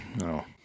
No